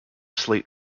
slate